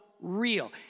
real